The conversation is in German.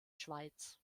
schweiz